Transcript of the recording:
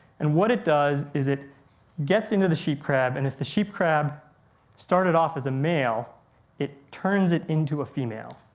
and what it does is it gets into the sheep crab and if the sheep crab started off as a male it turns it into a female.